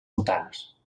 votants